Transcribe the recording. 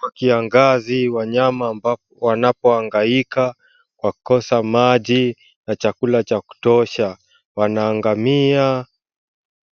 Kwa kiangazi wanyama ambao wanapohangaika kwa kukosa maji na chakula cha kutosha, wanaangamia